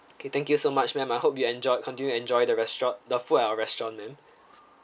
okay thank you so much ma'am I hope you enjoy continue enjoy the restaurant the food at our restaurant ma'am